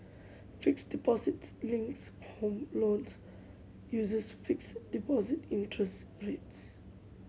fixed deposit links home loans uses fixed deposit interest rates